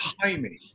timing